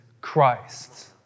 Christ